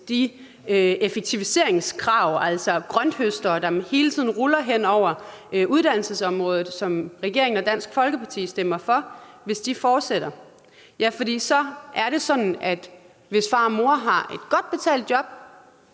de effektiviseringskrav, altså grønthøsteren, der hele tiden ruller hen over uddannelsesområdet, og som regeringen og Dansk Folkeparti stemmer for, fortsætter. Ja, for så er det sådan, at hvis far og mor har et godt betalt job,